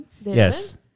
Yes